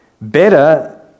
better